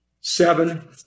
seven